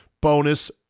bonus